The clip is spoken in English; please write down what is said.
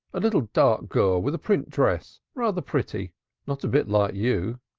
a little, dark girl, with a print dress, rather pretty not a bit like you.